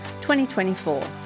2024